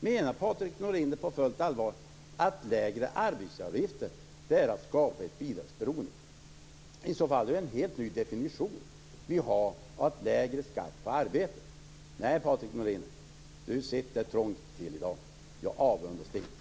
Menar Patrik Norinder på fullt allvar att lägre arbetsgivareavgifter är att skapa ett bidragsberoende? I så fall är det en helt ny definition av lägre skatt på arbete. Patrik Norinder sitter trångt till i dag. Jag avundas honom inte.